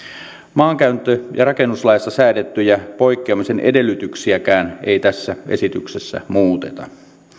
maankäyttö ja rakennuslaissa säädettyjä poikkeamisen edellytyksiäkään ei tässä esityksessä muuteta